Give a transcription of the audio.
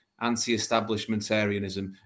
anti-establishmentarianism